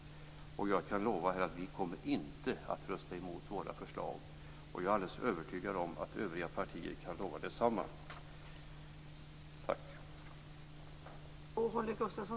Jag kan lova att vi inte kommer att rösta mot våra förslag och är alldeles övertygad om att övriga partier kan lova detsamma. Tack!